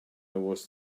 was